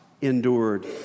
endured